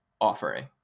offering